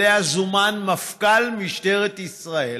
שאליה זומן מפכ"ל משטרת ישראל,